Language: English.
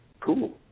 Cool